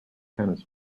tennis